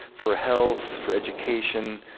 for health, for education,